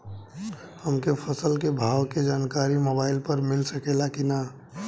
हमके फसल के भाव के जानकारी मोबाइल पर मिल सकेला की ना?